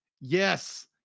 Yes